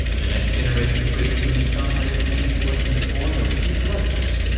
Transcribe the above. the next generation of great disney songwriters came to us in the form of two brothers.